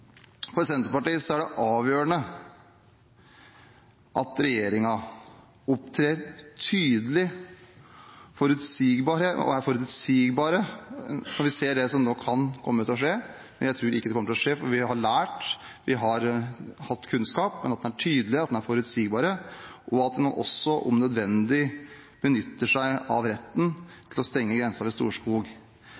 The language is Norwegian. For Senterpartiet er det avgjørende at regjeringen opptrer tydelig og er forutsigbar når vi ser det som nå kan komme til å skje – men jeg tror ikke det kommer til å skje, for vi har lært, vi har fått kunnskap – og at man også, om nødvendig, benytter seg av retten